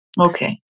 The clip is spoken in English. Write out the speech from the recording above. Okay